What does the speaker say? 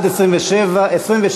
התשע"ד 2013,